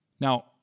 Now